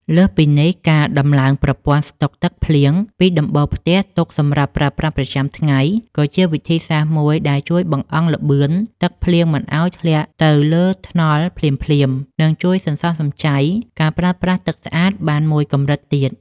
លើសពីនេះ ការតម្លើងប្រព័ន្ធស្តុកទឹកភ្លៀងពីដំបូលផ្ទះទុកសម្រាប់ប្រើប្រាស់ប្រចាំថ្ងៃ ក៏ជាវិធីសាស្ត្រមួយដែលជួយបង្អង់ល្បឿនទឹកភ្លៀងមិនឱ្យធ្លាក់ទៅលើថ្នល់ភ្លាមៗ និងជួយសន្សំសំចៃការប្រើប្រាស់ទឹកស្អាតបានមួយកម្រិតទៀត។